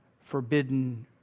forbidden